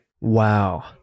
Wow